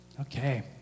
Okay